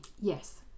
Yes